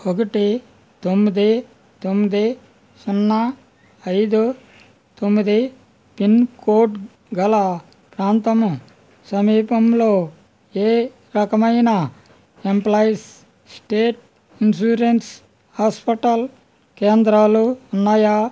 ఒకటి తొమ్మిది తొమ్మిది సున్నా ఐదు తొమ్మిది పిన్ కోడ్ గల ప్రాంతము సమీపంలో ఏ రకమైన ఎంప్లాయీస్ స్టేట్ ఇన్షూరెన్స్ హాస్పిటల్ కేంద్రాలు ఉన్నాయా